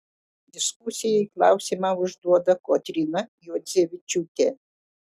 diskusijai klausimą užduoda kotryna juodzevičiūtė